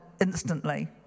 instantly